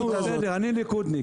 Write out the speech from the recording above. נו, בסדר, אני ליכודניק.